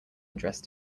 dressed